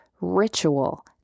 ritual